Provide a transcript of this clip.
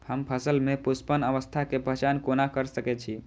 हम फसल में पुष्पन अवस्था के पहचान कोना कर सके छी?